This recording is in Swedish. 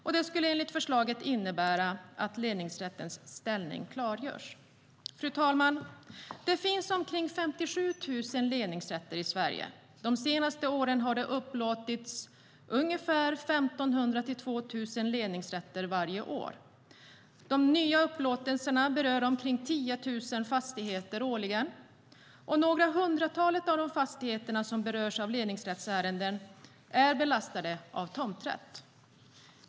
Detta skulle, enligt förslaget, innebära att ledningsrättens ställning klargörs. Fru talman! Det finns omkring 57 000 ledningsrätter i Sverige. De senaste åren har ungefär 1 500-2 000 ledningsrätter upplåtits varje år. Dessa nya upplåtelser berör omkring 10 000 fastigheter årligen. Och några hundratal av de fastigheter som berörs av ledningsrättsärenden är belastade av tomträtt.